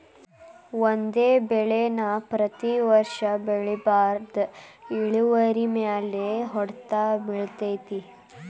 ಒಂದೇ ಬೆಳೆ ನಾ ಪ್ರತಿ ವರ್ಷ ಬೆಳಿಬಾರ್ದ ಇಳುವರಿಮ್ಯಾಲ ಹೊಡ್ತ ಬಿಳತೈತಿ